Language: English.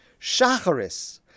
shacharis